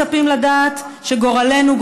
מצפים לדעת שגורלנו,